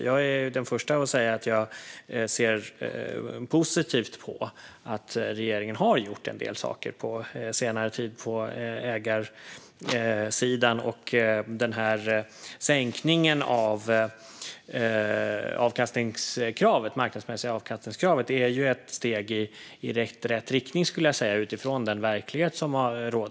Jag är den första att säga att jag ser positivt på att regeringen har gjort en del saker på ägarsidan på senare tid. Sänkningen av kravet på marknadsmässig avkastning är ett steg i rätt riktning utifrån den verklighet som har rått.